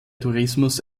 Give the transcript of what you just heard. tourismus